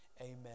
Amen